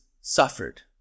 suffered